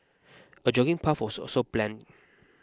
a jogging path was also plan